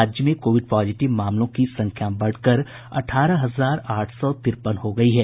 राज्य में COVID positive मामलों की संख्या बढ़कर अठारह हजार आठ सौ तिरपन हो गयी है